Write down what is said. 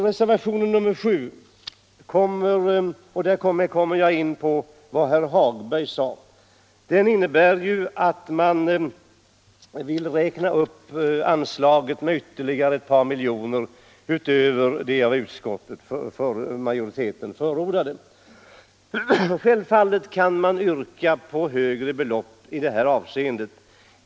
Reservationen 7 — här kommer jag in på vad herr Hagberg i Borlänge sade — innebär att man vill räkna upp anslaget för handikapporganisationerna med ett par miljoner kronor utöver det av utskottsmajoriteten förordade beloppet. Självfallet har man rätt att yrka ett högre belopp.